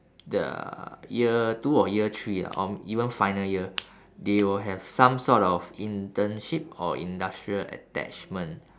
the year two or year three ah or even final year they will have some sort of internship or industrial attachment